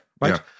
Right